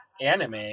anime